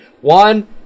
One